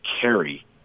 carry